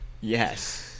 Yes